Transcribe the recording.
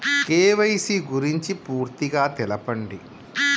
KYC గురించి పూర్తిగా తెలపండి?